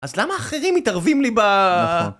אז למה האחרים מתערבים לי ב...